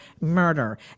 murder